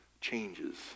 changes